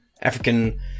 African